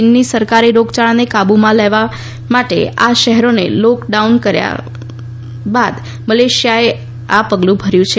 ચીનની સરકારે રોગયાળાને કાબૂમાં લેવા માટે આ શહેરોને લોક ડાઉન કર્યા બાદ મલેશિયાએ આ પગલું ભર્યું છે